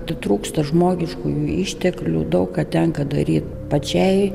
trūksta žmogiškųjų išteklių daug ką tenka daryt pačiai